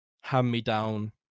hand-me-down